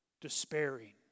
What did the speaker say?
despairing